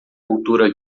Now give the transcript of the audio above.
cultura